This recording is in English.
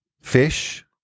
Fish